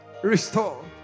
Restore